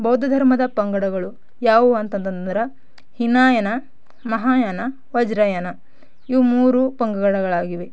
ಬೌದ್ಧ ಧರ್ಮದ ಪಂಗಡಗಳು ಯಾವುವು ಅಂತಂದ್ರೆ ಹಿನಾಯಾನ ಮಹಾಯನ ವಜ್ರಯಾನ ಇವು ಮೂರು ಪಂಗಡಗಳಾಗಿವೆ